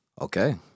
Okay